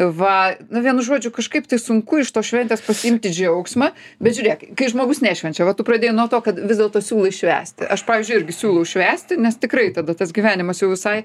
va nu vienu žodžiu kažkaip tai sunku iš tos šventės pasiimti džiaugsmą bet žiūrėk kai žmogus nešvenčia va tu pradėjai nuo to kad vis dėlto siūlai švęsti aš pavyzdžiui irgi siūlau švęsti nes tikrai tada tas gyvenimas jau visai